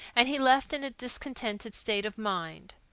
and he left in a discontented state of mind.